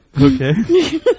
Okay